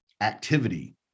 activity